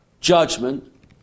judgment